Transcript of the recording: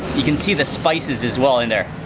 you can see the spices as well in there,